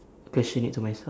question it to myself